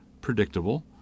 predictable